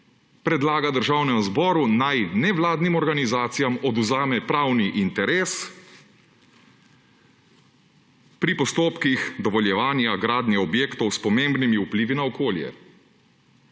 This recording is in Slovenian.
predlaga Državnemu zboru, naj nevladnim organizacijam odvzame pravni interes pri postopkih dovoljevanja gradnje objektov s pomembnimi vplivi na okolje.